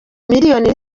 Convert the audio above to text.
miliyoni